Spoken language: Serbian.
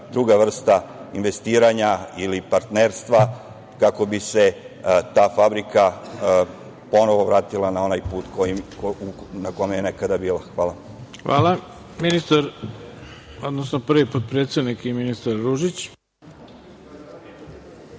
druga vrsta investiranja ili partnerstva kako bi se ta fabrika ponovo vratila na onaj put na kome je nekada bila. Hvala vam. **Ivica Dačić** Zahvaljujem. Ministar, odnosno prvi potpredsednik ministar Ružić.